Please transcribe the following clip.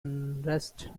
unrest